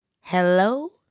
Hello